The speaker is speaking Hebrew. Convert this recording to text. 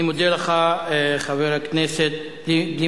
אני מודה לך, חבר הכנסת אלי אפללו.